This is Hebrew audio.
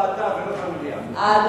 לכן זה צריך להיות בוועדה ולא במליאה.